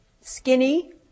skinny